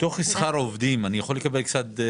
מתוך שכר עובדים, אני יכול לקבל קצת נתונים?